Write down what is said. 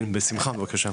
כן, בשמחה, בבקשה.